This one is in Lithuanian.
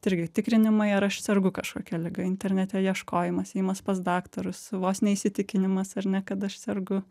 tai irgi tikrinimai ar aš sergu kažkokia liga internete ieškojimas ėjimas pas daktarus vos ne įsitikinimas ar ne kad aš sergu